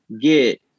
get